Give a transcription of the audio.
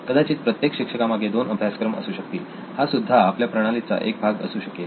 कदाचित प्रत्येक शिक्षका मागे 2 अभ्यासक्रम असू शकतील हा सुद्धा आपल्या प्रणालीचा एक भाग असू शकेल